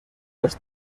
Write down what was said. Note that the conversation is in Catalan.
les